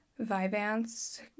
Vivance